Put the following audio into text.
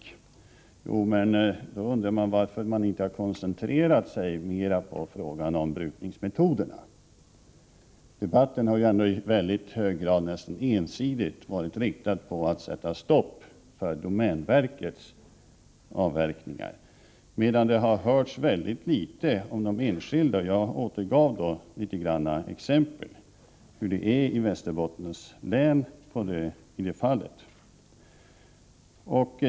Då undrar jag varför man inte har koncentrerat sig mera på frågan om brukningsmetoderna. Debatten har ju i hög grad — nästan ensidigt — varit inriktad på att sätta stopp för domänverkets avverkningar, medan det har hörts mycket litet om de enskilda skogsägarnas avverkningar. Jag återgav en del exempel på hur det är i Västerbottens län i detta avseende.